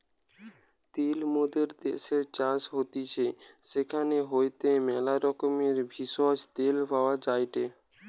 তিল মোদের দ্যাশের চাষ হতিছে সেখান হইতে ম্যালা রকমের ভেষজ, তেল পাওয়া যায়টে